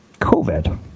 COVID